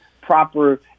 proper